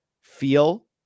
feel